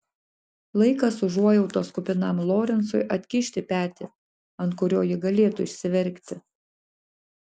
laikas užuojautos kupinam lorencui atkišti petį ant kurio ji galėtų išsiverkti